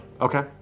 Okay